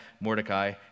Mordecai